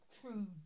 true